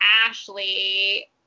Ashley